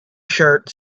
shirt